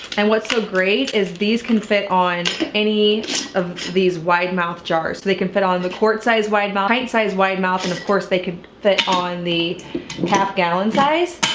and what's so great is these can fit on any of these wide mouth jars. so they can fit on the quart-size wide mouth, pint-size wide mouth, and of course they can fit on the half gallon-size.